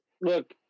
look